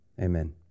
Amen